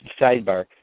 sidebar